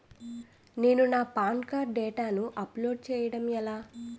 నేను నా PAN card డేటాను అప్లోడ్ చేయడం ఎలా?